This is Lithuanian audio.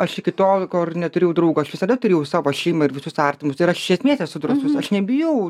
aš iki tol kol ir neturėjau draugo aš visada turėjau savo šeimą ir visus artimus ir aš iš esmės esu drąsus aš nebijau